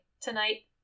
Tonight